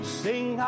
sing